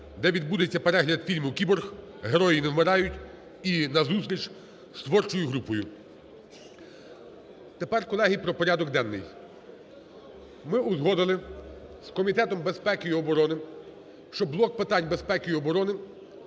де відбудеться перегляд фільму "Кіборги. Герої не вмирають" і на зустріч з творчою групою. Тепер, колеги, про порядок денний. Ми узгодили з Комітетом безпеки і оборони, що блок питань безпеки і оборони